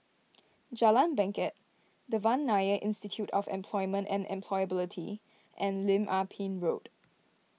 Jalan Bangket Devan Nair Institute of Employment and Employability and Lim Ah Pin Road